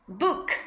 book